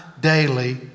daily